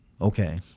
okay